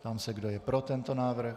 Ptám se, kdo je pro tento návrh?